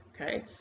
Okay